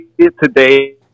today